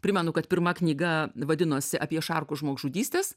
primenu kad pirma knyga vadinosi apie šarkų žmogžudystes